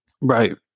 Right